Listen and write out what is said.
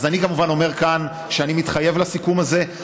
אז אני כמובן אומר כאן שאני מתחייב לסיכום הזה.